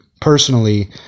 personally